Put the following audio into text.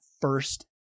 first